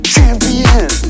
Champion